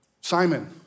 Simon